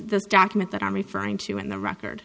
the document that i'm referring to and the record